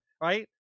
Right